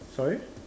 sorry